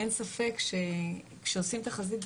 אין ספק שכשעושים תחזית,